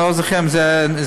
אני לא זוכר אם זה נכון,